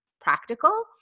practical